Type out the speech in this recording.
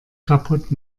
kaputt